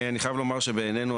אני חיי בלומר שבעינינו,